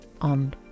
on